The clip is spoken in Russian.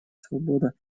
свобода